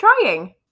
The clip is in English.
trying